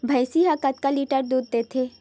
भंइसी हा कतका लीटर दूध देथे?